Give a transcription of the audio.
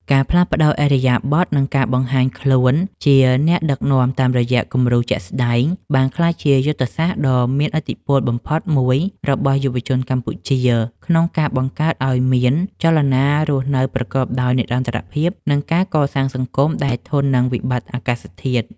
ការផ្លាស់ប្តូរឥរិយាបថ និងការបង្ហាញខ្លួនជាអ្នកដឹកនាំតាមរយៈគំរូជាក់ស្តែង បានក្លាយជាយុទ្ធសាស្ត្រដ៏មានឥទ្ធិពលបំផុតមួយរបស់យុវជនកម្ពុជា ក្នុងការបង្កើតឱ្យមានចលនារស់នៅប្រកបដោយនិរន្តរភាព និងការកសាងសង្គមដែលធន់នឹងវិបត្តិអាកាសធាតុ។